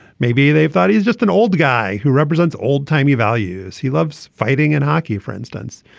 maybe they thought he was just an old guy who represents old timey values. he loves fighting and hockey for instance.